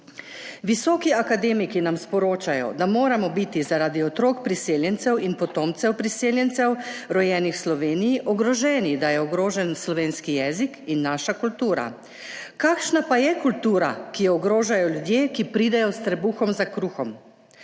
Visoki akademiki nam sporočajo, da moramo biti zaradi otrok priseljencev in potomcev priseljencev, rojenih v Sloveniji, ogroženi, da je ogrožen slovenski jezik in naša kultura. Kakšna pa je kultura, ki jo ogrožajo ljudje, ki pridejo s trebuhom za kruhom,